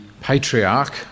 patriarch